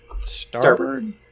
Starboard